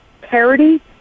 parity